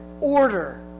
order